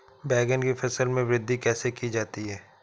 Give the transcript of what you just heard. बैंगन की फसल में वृद्धि कैसे की जाती है?